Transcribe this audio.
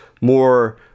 more